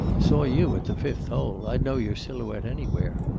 saw you at the fifth hole. i'd know your silhouette anywhere.